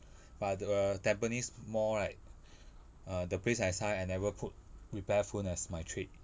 but the tampines mall right uh the place I sign I never put repair phone as my trade